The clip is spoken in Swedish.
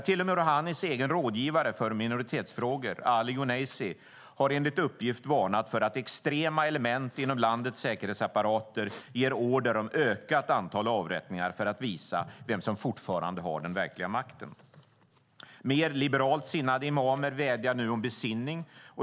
Till och med Rohanis egen rådgivare för minoritetsfrågor, Ali Younesi, har enligt uppgift varnat för att extrema element inom landets säkerhetsapparater ger order om ökat antal avrättningar för att visa vem som fortfarande har den verkliga makten. Mer liberalt sinnade imamer vädjar nu om besinning.